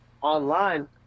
online